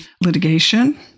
litigation